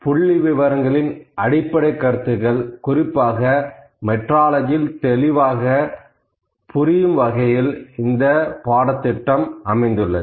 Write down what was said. புள்ளிவிவரங்களின் அடிப்படை கருத்துக்கள் குறிப்பாக மெட்ரோலஜியில் தெளிவாக புரியும் வகையில் இந்த பாடம் வடிவமைக்கப்பட்டுள்ளது